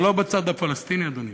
אבל לא בצד הפלסטיני, אדוני,